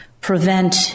prevent